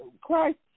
Christ